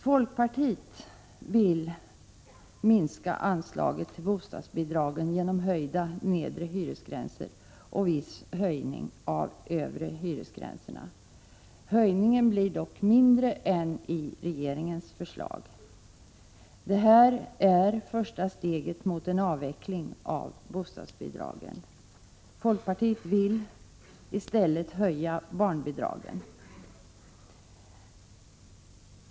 Folkpartiet vill minska anslaget till bostadsbidragen genom höjda nedre hyresgränser och viss höjning av de övre hyresgränserna. Höjningen blir dock mindre än enligt regeringens förslag. Detta är första steget mot en avveckling av bostadsbidragen. Folkpartiet vill i stället höja barnbidragen.